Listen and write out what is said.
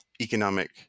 economic